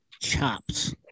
chops